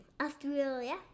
Australia